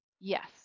yes